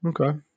Okay